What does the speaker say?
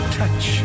touch